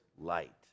light